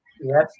Yes